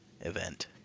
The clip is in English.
event